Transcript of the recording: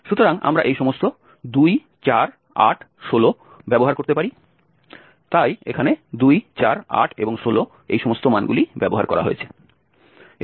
সুতরাং আমরা এই সমস্ত 2 4 8 16 ব্যবহার করতে পারি তাই এখানে 2 4 8 এবং 16 এই সমস্ত মানগুলি ব্যবহার করা হয়েছে